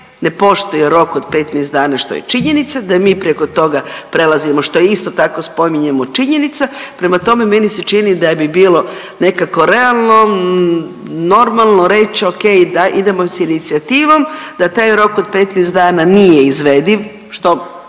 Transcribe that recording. ne poštuje rok od 15 dana što je činjenica, da mi preko toga prelazimo što je isto tako spominjemo činjenica, prema tome meni se čini da bi bilo nekako realno, normalno reći ok da idemo s inicijativom da taj rok od 15 dana nije izvediv što